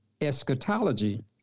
eschatology